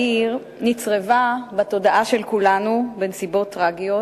בעיר נצרבה בתודעה של כולנו בנסיבות טרגיות,